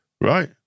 Right